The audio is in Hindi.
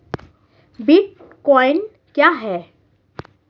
बिटकॉइन क्या है?